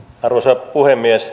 arvoisa puhemies